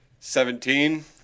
Seventeen